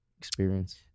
experience